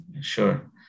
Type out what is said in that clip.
Sure